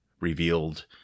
Revealed